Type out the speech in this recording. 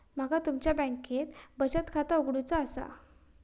माका तुमच्या बँकेत बचत खाता उघडूचा असा?